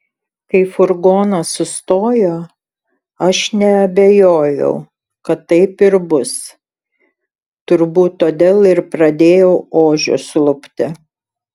kai furgonas sustojo aš neabejojau kad taip ir bus turbūt todėl ir pradėjau ožius lupti